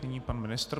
Nyní pan ministr.